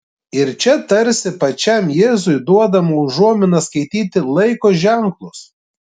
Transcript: ir čia tarsi pačiam jėzui duodama užuomina skaityti laiko ženklus